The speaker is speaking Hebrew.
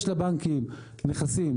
יש לבנקים נכסים,